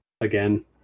again